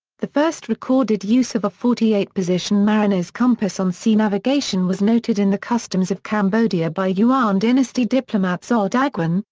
the first recorded use of a forty eight position mariner's compass on sea navigation was noted in the customs of cambodia by yuan dynasty diplomat zhou so daguan,